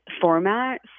format